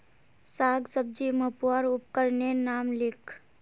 साग सब्जी मपवार उपकरनेर नाम लिख?